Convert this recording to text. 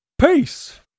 Peace